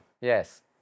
yes